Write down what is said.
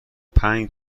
پنج